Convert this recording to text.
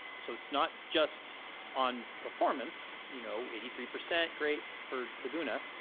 so it's not just on performance. you know eighty three percent great for laguna,